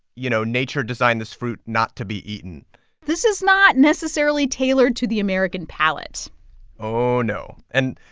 you know, nature designed this fruit not to be eaten this is not necessarily tailored to the american palate oh, no. and,